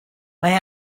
mae